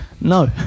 No